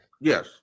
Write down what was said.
Yes